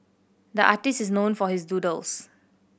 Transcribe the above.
the artist is known for his doodles